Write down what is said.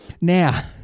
Now